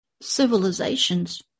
civilizations